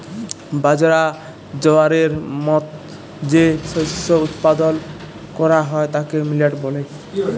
বাজরা, জয়ারের মত যে শস্য উৎপাদল ক্যরা হ্যয় তাকে মিলেট ব্যলে